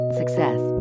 success